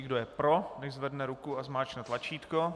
Kdo je pro, nechť zvedne ruku a zmáčkne tlačítko.